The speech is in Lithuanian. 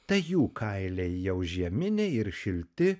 tai jų kailiai jau žieminiai ir šilti